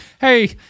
hey